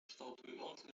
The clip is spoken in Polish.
kształtującym